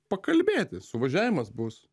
pakalbėti suvažiavimas bus